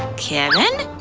kevin?